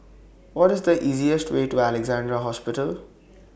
What IS The easiest Way to Alexandra Hospital